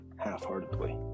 half-heartedly